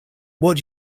what